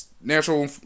natural